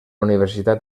universitat